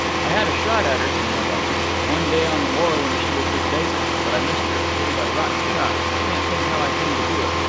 i had a shot at her, he went on, one day on the moor when she was with david but i missed her. it was a rotten shot. i can't think how i came to do it.